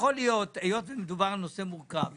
היות שמדובר בנושא מורכב,